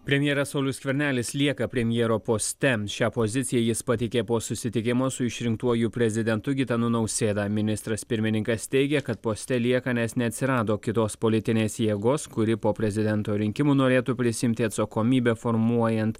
premjeras saulius skvernelis lieka premjero poste šią poziciją jis pateikė po susitikimo su išrinktuoju prezidentu gitanu nausėda ministras pirmininkas teigė kad poste lieka nes neatsirado kitos politinės jėgos kuri po prezidento rinkimų norėtų prisiimti atsakomybę formuojant